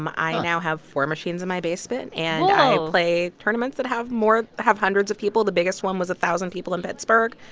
um i now have four machines in my basement and. whoa. i play tournaments that have more have hundreds of people. the biggest one was a thousand people in pittsburgh.